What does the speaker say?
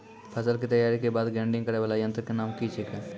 फसल के तैयारी के बाद ग्रेडिंग करै वाला यंत्र के नाम की छेकै?